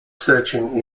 searching